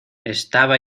estaba